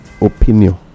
opinion